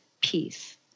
peace